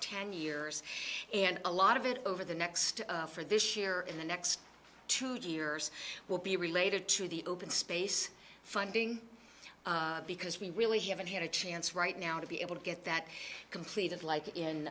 ten years and a lot of it over the next for this year and the next two years will be related to the open space funding because we really haven't had a chance right now to be able to get that completed like in